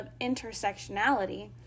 intersectionality